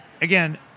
Again